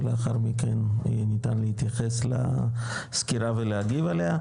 ולאחר מכן ניתן להתייחס לסקירה ולהגיב עליה,